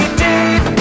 deep